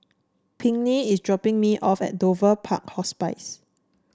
Pinkney is dropping me off at Dover Park Hospice